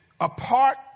apart